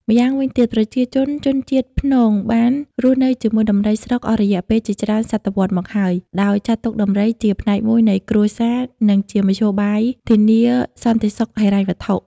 ម្យ៉ាងវិញទៀត ប្រជាជនជនជាតិភ្នងបានរស់នៅជាមួយដំរីស្រុកអស់រយៈពេលជាច្រើនសតវត្សមកហើយ ដោយចាត់ទុកដំរីជាផ្នែកមួយនៃគ្រួសារ និងជាមធ្យោបាយធានាសន្តិសុខហិរញ្ញវត្ថុ។